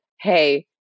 hey